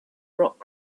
rock